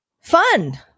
Fun